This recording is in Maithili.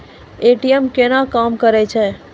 ए.टी.एम केना काम करै छै?